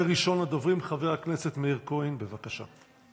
ראשון הדוברים, חבר הכנסת מאיר כהן, בבקשה.